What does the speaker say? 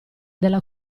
della